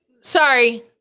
Sorry